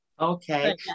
Okay